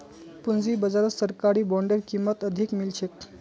पूंजी बाजारत सरकारी बॉन्डेर कीमत अधिक मिल छेक